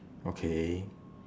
okay